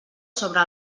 sobre